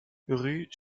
rue